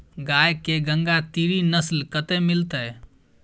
गाय के गंगातीरी नस्ल कतय मिलतै?